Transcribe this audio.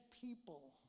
people